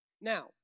Now